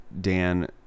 Dan